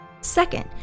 Second